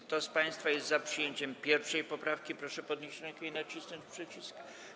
Kto z państwa jest za przyjęciem 1. poprawki, proszę podnieść rękę i nacisnąć przycisk.